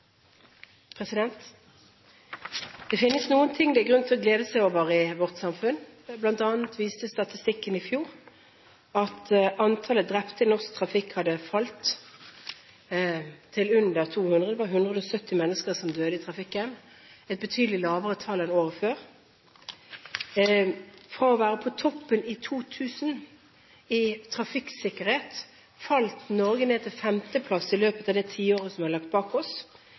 Det finnes noe det er grunn til å glede seg over i vårt samfunn. Blant annet viste statistikken i fjor at antallet drepte i norsk trafikk hadde falt til under 200, det var 170 mennesker som døde i trafikken, et betydelig lavere tall enn året før. Fra å være på toppen i trafikksikkerhet i 2000 falt Norge ned til femteplass i løpet av det tiåret vi har lagt bak oss.